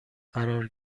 قرار